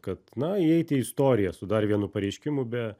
kad na įeit į istoriją su dar vienu pareiškimu be